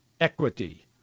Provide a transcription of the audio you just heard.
equity